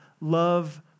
love